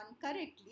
correctly